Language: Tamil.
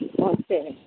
ம் சரிங்க